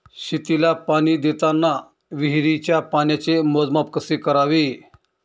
शेतीला पाणी देताना विहिरीच्या पाण्याचे मोजमाप कसे करावे?